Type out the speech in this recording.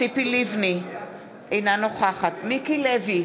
אינה נוכחת ציפי לבני,